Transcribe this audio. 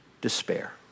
Despair